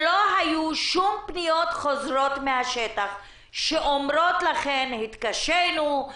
שלא היו שום פניות חוזרות מהשטח שאומרות לכם: התקשינו,